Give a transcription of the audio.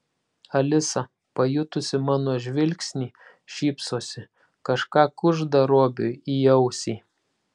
alisa pajutusi mano žvilgsnį šypsosi kažką kužda robiui į ausį